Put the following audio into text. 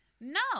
no